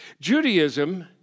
Judaism